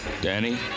Danny